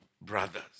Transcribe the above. brothers